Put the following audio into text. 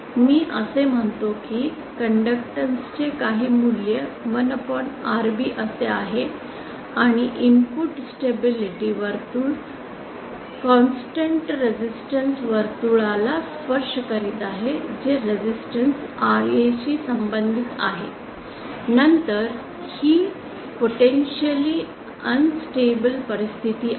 मी असे म्हणतो की कंडक्टन्स चे काही मूल्य 1Rb असे आहे आणि इनपुट स्टेबिलिटी वर्तुळ कॉन्स्टन्ट रेसिस्टन्स वर्तुळाला स्पर्श करीत आहे जे रेसिस्टन्स Ra शी संबंधित आहे नंतर ही पोटेंशिअलि अनन्स्टेबल परिस्थिती आहे